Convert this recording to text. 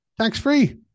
Tax-free